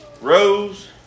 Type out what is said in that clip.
rose